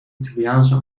italiaanse